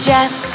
Jess